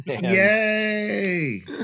yay